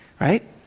right